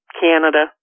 Canada